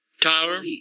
Tyler